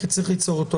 כי צריך ליצור אותו.